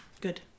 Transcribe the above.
good